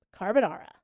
carbonara